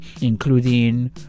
including